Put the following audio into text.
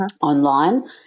online